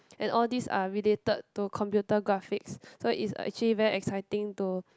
and all these are related to computer graphics so it's actually very exciting to